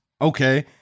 Okay